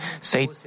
say